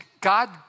God